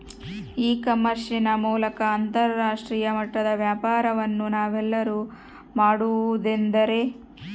E commerce ನ ಮೂಲಕ ಅಂತರಾಷ್ಟ್ರೇಯ ಮಟ್ಟದ ವ್ಯಾಪಾರವನ್ನು ನಾವೆಲ್ಲರೂ ಮಾಡುವುದೆಂದರೆ?